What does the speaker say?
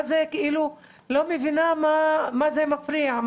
אני לא מבינה: מה זה מפריע?